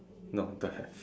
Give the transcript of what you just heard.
no don't have